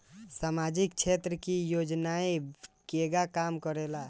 सामाजिक क्षेत्र की योजनाएं केगा काम करेले?